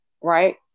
right